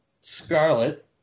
Scarlet